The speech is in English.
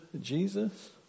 Jesus